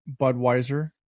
Budweiser